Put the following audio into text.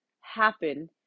happen